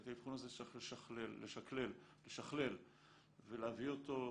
את האבחון הזה צריך לשכלל ולהביא אותו.